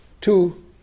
two